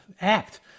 act